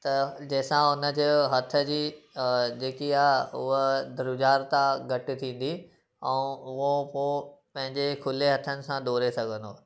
त जंहिंसां उन जो हथ जी अ जेकी आहे उहा ध्रुजारता घटि थींदी ऐं उहो पोइ पंहिंजे खुले हथनि सां डोड़े सघंदो